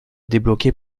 débloquer